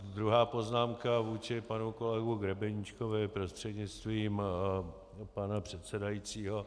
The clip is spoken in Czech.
Druhá poznámka vůči panu kolegovi Grebeníčkovi prostřednictvím pana předsedajícího.